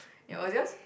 it was yours